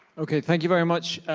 okay, thank you very much,